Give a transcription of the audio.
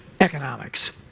economics